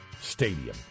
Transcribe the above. Stadium